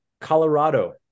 Colorado